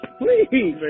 please